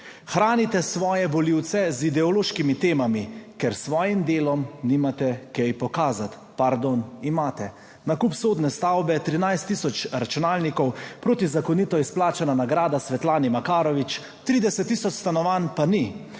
Hranite svoje volivce z ideološkimi temami, ker s svojim delom nimate kaj pokazati. Pardon, imate. Nakup sodne stavbe, 13 tisoč računalnikov, protizakonito izplačana nagrada Svetlani Makarovič, 30 tisoč stanovanj, pa ni.